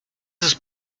sus